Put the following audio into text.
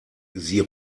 sie